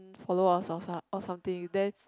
followers or something then